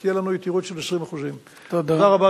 תהיה לנו של יתירות 20%. תודה רבה,